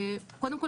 קודם כול,